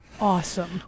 Awesome